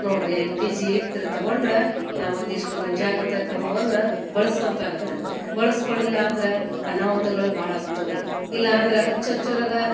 ನೋಡಿ ರೀ L P G ಇದ್ರೆ ತೊಗೊಂಡ್ರೆ ನಾವೊಂದಿಷ್ಟು ಮುಂಜಾಗ್ರತಾ ಕ್ರಮವನ್ನು ಬಳ್ಸ್ಕೊಬೇಕಾಗತ್ತೆ ಬಳಸ್ಕೊಳ್ಲಿಲ್ಲ ಅಂದ್ರೆ ಅನಾಹುತಗಳು ಭಾಳ ಆಕ್ತಾವೆ ರೀ ಇಲ್ಲ ಅಂದ್ರೆ ಹಚ್ ಹಚ್ಚೋರಗ